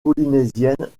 polynésiennes